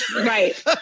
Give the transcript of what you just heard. Right